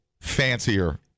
fancier